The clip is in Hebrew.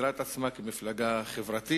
שמגדירה את עצמה מפלגה חברתית,